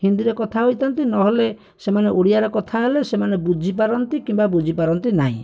ହିନ୍ଦୀରେ କଥା ହୋଇଥାନ୍ତି ନହେଲେ ସେମାନେ ଓଡ଼ିଆରେ କଥା ହେଲେ ସେମାନେ ବୁଝିପାରନ୍ତି କିମ୍ବା ବୁଝିପାରନ୍ତି ନାହିଁ